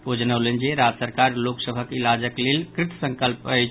ओ जनौलनि जे राज्य सरकार लोक सभक इलाजक लेल कृतसंकल्प अछि